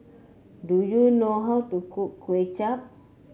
do you know how to cook Kway Chap